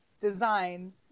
designs